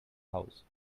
house